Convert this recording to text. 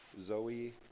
Zoe